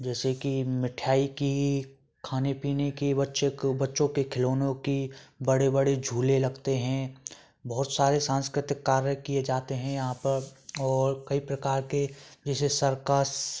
जैसे कि मिठाई की खाने पीने के बच्चे को बच्चों के खिलौनों की बड़े बड़े झूले लगते हैं बहुत सारे सांस्कृतिक कार्य किए जाते हैं यहाँ पर और कई प्रकार के जैसे सर्कस